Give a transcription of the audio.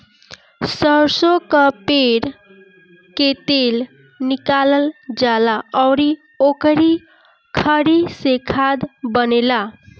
सरसो कअ पेर के तेल निकालल जाला अउरी ओकरी खरी से खाद बनेला